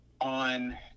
on